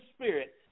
Spirit